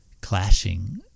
clashing